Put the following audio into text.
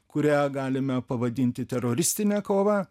kurią galime pavadinti teroristine kova